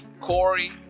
Corey